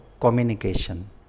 communication